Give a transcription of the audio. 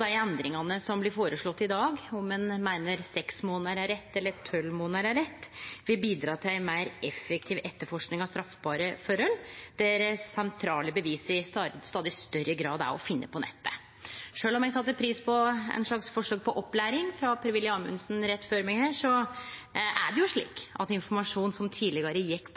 Dei endringane som blir føreslått i dag – om ein meiner at seks månader er rett, eller at tolv månader er rett – vil bidra til ei meir effektiv etterforsking av straffbare forhold der sentrale bevis i stadig større grad er å finne på nettet. Sjølv om eg sette pris på eit slags forsøk på opplæring frå Per-Willy Amundsen rett før meg her, er det jo slik at informasjon som tidlegare gjekk